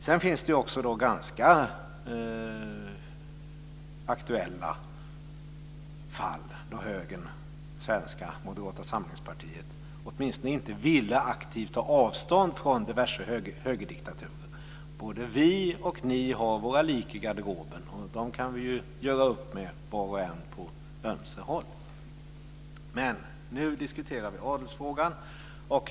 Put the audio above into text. Sedan finns det ganska aktuella fall då högern, svenska Moderata samlingspartiet, åtminstone inte aktivt ville ta avstånd från diverse högerdiktaturer. Både vi och ni har lik i garderoben. De kan var och en göra upp med på ömse håll. Nu diskuterar vi adelsfrågan.